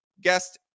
guest